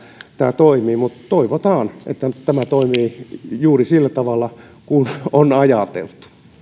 tämä toimii mutta toivotaan että tämä toimii juuri sillä tavalla kun on ajateltu